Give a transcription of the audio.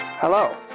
Hello